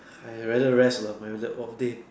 ah ya I rather rest lah my lab off day